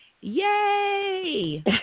Yay